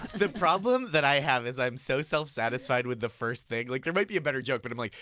the problem that i have is i'm so self-satisfied with the first thing, like there might be a better joke but i'm like,